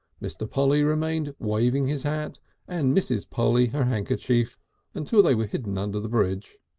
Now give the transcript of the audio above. mr. polly remained waving his hat and mrs. polly her handkerchief until they were hidden under the bridge.